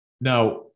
Now